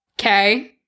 Okay